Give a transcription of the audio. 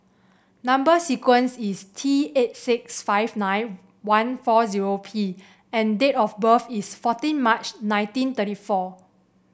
number sequence is T eight six five nine one four zero P and date of birth is fourteen March nineteen thirty four